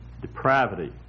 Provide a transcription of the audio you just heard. depravity